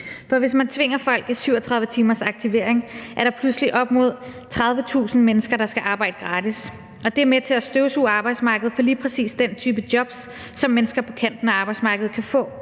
for hvis man tvinger folk i 37 timers aktivering, er der pludselig op imod 30.000 mennesker, der skal arbejde gratis, og det er med til at støvsuge arbejdsmarkedet for lige præcis den type jobs, som mennesker på kanten af arbejdsmarkedet kan få.